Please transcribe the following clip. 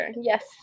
yes